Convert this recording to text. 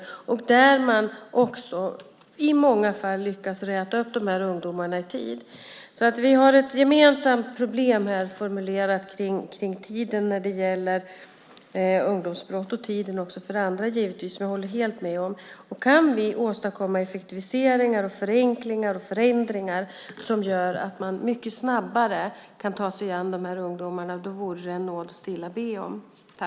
I många fall lyckas man räta upp de här ungdomarna i tid. Det handlar visserligen i många fall om ungdomar under 15 år, men inte bara. Vi har ett gemensamt problem formulerat kring tiden när det gäller ungdomsbrott och givetvis också för andra, det håller jag helt med om. Det vore en nåd att stilla be om att kunna åstadkomma effektiviseringar, förenklingar och förändringar som gör att man mycket snabbare kan ta sig an de här ungdomarna.